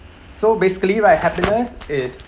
so basically right happiness is